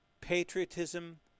patriotism